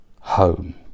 home